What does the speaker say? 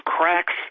cracks